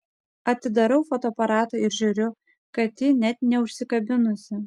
atidarau fotoaparatą ir žiūriu kad ji net neužsikabinusi